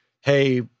hey